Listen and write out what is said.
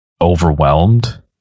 overwhelmed